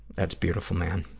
that's beautiful, man.